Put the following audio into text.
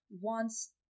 wants